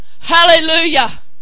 Hallelujah